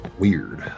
weird